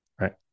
Right